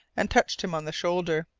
and touched him on the shoulder.